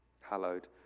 Hallowed